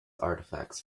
artifacts